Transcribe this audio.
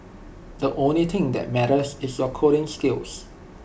the only thing that matters is your coding skills